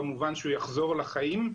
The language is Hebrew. במובן שהוא יחזור לחיים,